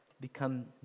become